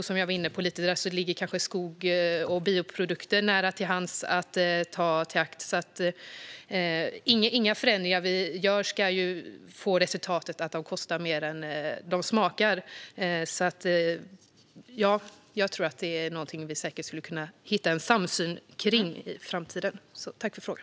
Som jag var inne på ligger kanske skog och bioprodukter nära till hands att ta i beaktande. Inga förändringar vi gör ska få resultatet att de kostar mer än de smakar. Detta är någonting vi säkert skulle kunna hitta en samsyn kring i framtiden. Tack för frågan!